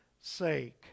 sake